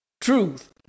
Truth